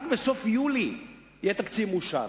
רק בסוף יולי יהיה תקציב מאושר.